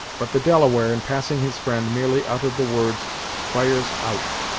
but the delaware, in passing his friend, merely uttered the words fire's out,